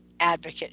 Advocate